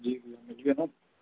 जी जी मिली वेंदो